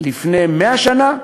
לפני 100 שנה?